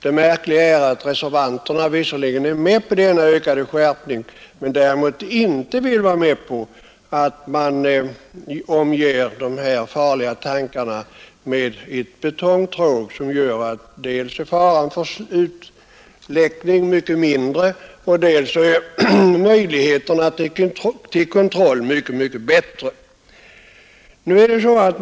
Det märkliga är emellertid att reservanterna visserligen är med på denna skärpning men inte vill vara med på att man omger dessa farliga tankar med ett betongtråg som gör dels att faran för läckage blir mycket mindre, dels att möjligheterna till kontroll blir mycket bättre.